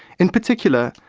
in particular,